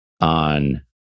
on